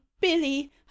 billy